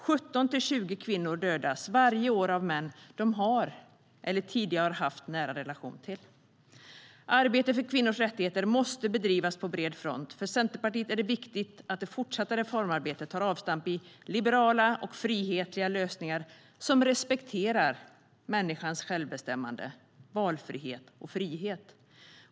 17-20 kvinnor dödas varje år av män som de har eller tidigare har haft en nära relation till. Arbetet för kvinnors rättigheter måste bedrivas på bred front. För Centerpartiet är det viktigt att det fortsatta reformarbetet tar avstamp i liberala och frihetliga lösningar som respekterar människans självbestämmande, valfrihet och frihet.